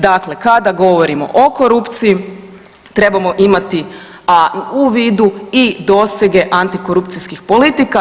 Dakle, kada govorimo o korupciji trebamo imati u vidu i dosege antikorupcijskih politika.